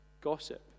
gossip